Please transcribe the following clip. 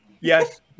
Yes